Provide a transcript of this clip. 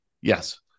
Yes